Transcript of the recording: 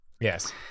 yes